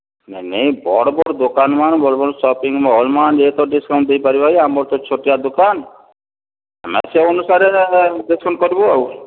ନାଇଁ ନାଇଁ ବଡ଼ ବଡ଼ ଦୋକାନ୍ ମାନେ ବଡ଼ ବଡ଼ ସପିଙ୍ଗ ମଲ୍ ମାନେ ଯେହେତୁ ଡ଼ିସ୍କାଉଣ୍ଟ ଦେଇପାରିବେ ଆଜ୍ଞା ଆମର ତ ଛୋଟିଆ ଦୋକାନ ଆମର ସେ ଅନୁସାରେ ଡ଼ିସ୍କାଉଣ୍ଟ କରିବୁ ଆଉ